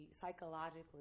psychologically